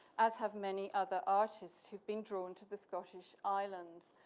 as have many other artists who've been drawn to the scottish islands.